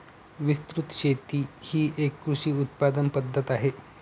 विस्तृत शेती ही एक कृषी उत्पादन पद्धत आहे